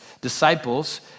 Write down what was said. disciples